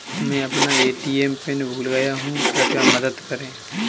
मैं अपना ATM PIN भूल गया हूँ, कृपया मदद करें